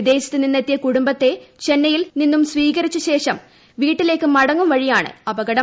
വിദേശത്ത് നിന്നെത്തിയ കുടുംബത്തെ ചെന്നെ യിൽ നിന്നും സ്വീകരിച്ച ശേഷം വീട്ടിലേക്ക് മടങ്ങും വഴിയാണ് അപകടം